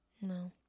No